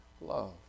love